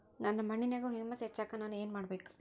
ನನ್ನ ಮಣ್ಣಿನ್ಯಾಗ್ ಹುಮ್ಯೂಸ್ ಹೆಚ್ಚಾಕ್ ನಾನ್ ಏನು ಮಾಡ್ಬೇಕ್?